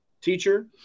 teacher